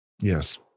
Yes